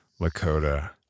lakota